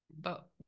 but-